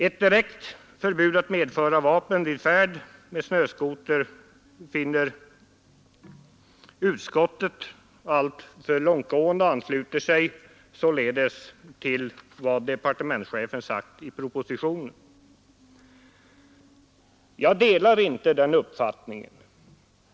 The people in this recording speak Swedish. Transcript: Ett direkt förbud mot att medföra vapen vid färd med snöskoter finner utskottet alltför långtgående och ansluter sig därför till vad departementschefen sagt i propositionen. Jag delar inte den uppfattningen.